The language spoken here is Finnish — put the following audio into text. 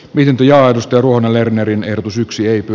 viljaa tuoda lernerin ehdotus yksilöity